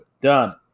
done